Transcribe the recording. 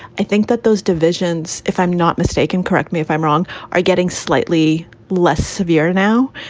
i think that those divisions, if i'm not mistaken, correct me if i'm wrong, are getting slightly less severe now.